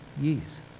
years